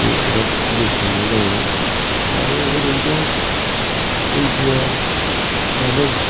बे बिराथ गिदिर सोंलु जाहैबाय आरो एरैनोथ' एम पिया सानै